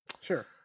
sure